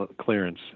clearance